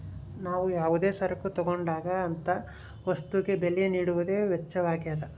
ನಾವು ಯಾವುದೇ ಸರಕು ತಗೊಂಡಾಗ ಅಂತ ವಸ್ತುಗೆ ಬೆಲೆ ನೀಡುವುದೇ ವೆಚ್ಚವಾಗ್ಯದ